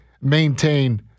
maintain